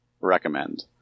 recommend